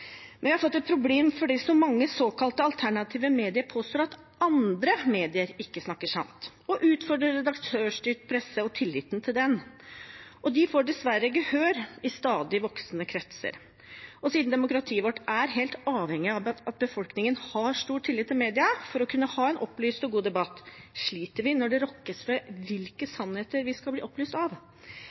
men vi har fått et problem fordi så mange såkalte alternative medier påstår at andre medier ikke snakker sant. De utfordrer redaktørstyrt presse og tilliten til den, og de får dessverre gehør i stadig voksende kretser. Siden demokratiet vårt er helt avhengig av at befolkningen har stor tillit til mediene for å kunne ha en opplyst og god debatt, sliter vi når det rokkes ved hvilke sannheter vi skal bli opplyst av.